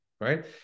right